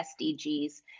SDGs